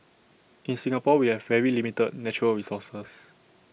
in Singapore we have very limited natural resources